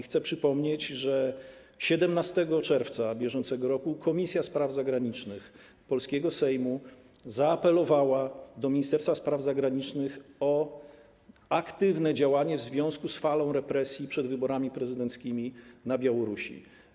Chcę przypomnieć, że 17 czerwca br. Komisja Spraw Zagranicznych polskiego Sejmu zaapelowała do Ministerstwa Spraw Zagranicznych o aktywne działanie w związku z falą represji przed wyborami prezydenckimi na Białorusi.